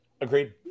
Agreed